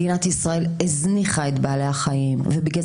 מדינת ישראל הזניחה את בעלי החיים ובגלל